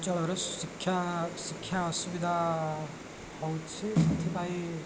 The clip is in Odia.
ଅଞ୍ଚଳର ଶିକ୍ଷା ଶିକ୍ଷା ଅସୁବିଧା ହେଉଛିି ସେଥିପାଇଁ